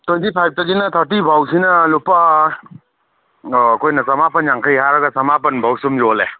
twenty ꯐꯥꯏꯚꯇꯒꯤꯅ ꯊꯥꯔꯇꯤꯕꯣꯛꯁꯤꯅ ꯂꯨꯄꯥ ꯑꯩꯈꯣꯏꯅ ꯆꯃꯥꯄꯟ ꯌꯥꯡꯈꯩ ꯍꯥꯏꯔꯒ ꯆꯃꯥꯄꯟꯕꯣꯛ ꯁꯨꯝ ꯌꯣꯜꯂꯦ